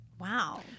Wow